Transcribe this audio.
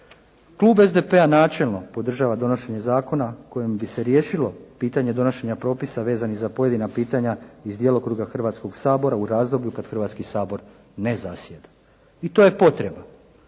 Klub SDP-a načelno podržava donošenje zakona kojim bi se riješilo pitanje donošenja propisa vezanih za pojedina pitanja iz djelokruga Hrvatskoga sabora u razdoblju kada Hrvatski sabor ne zasjeda. I to je potreba.